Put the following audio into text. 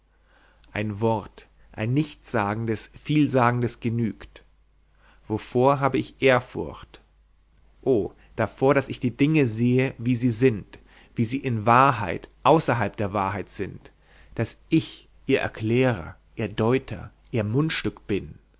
ein wort ein nichtssagendes vielsagendes genügt wovor habe ich ehrfurcht o davor daß ich die dinge sehe wie sie sind wie sie in wahrheit außerhalb der wahrheit sind daß ich ihr erklärer ihr deuter ihr mundstück bin